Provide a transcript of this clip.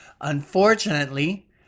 Unfortunately